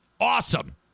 awesome